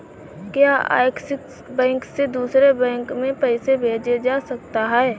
क्या Axis bank से दूसरे बैंक में पैसे भेजे जा सकता हैं?